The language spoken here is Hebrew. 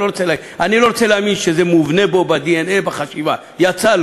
אז הוא אומר לה: מה אני אעשה לך,